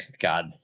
God